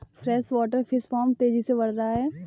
freshwater fish farm तेजी से बढ़ रहा है